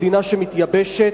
במדינה שמתייבשת,